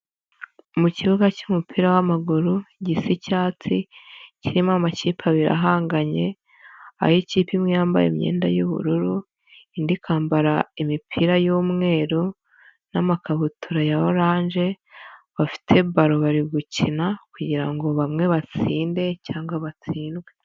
Mu kibuga cy'umupira w'amaguru gisa icyatsi kirimo amakipe abiri ahanganye, ayikipe imwe yambaye imyenda y'ubururu, indi ikambara imipira y'umweru n'amakabutura ya oranje bafite baro bari gukina kugirango bamwe batsinde cyangwa batsindwe.